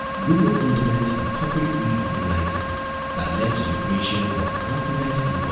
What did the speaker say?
google underwent a corporate reorganizing that led to the creation of alphabet inc. um